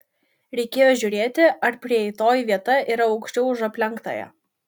reikėjo žiūrėti ar prieitoji vieta yra aukščiau už aplenktąją